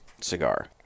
cigar